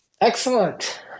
Excellent